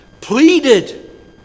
pleaded